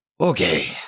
Okay